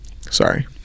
sorry